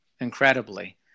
Incredibly